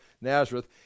Nazareth